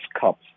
cups